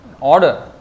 order